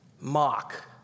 mock